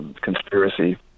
conspiracy